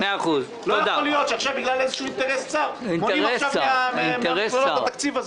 לא יכול להיות שבגלל איזשהו אינטרס צר מונעים עכשיו מהמכללות את התקציב.